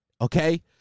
okay